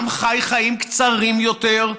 גם חי חיים קצרים יותר,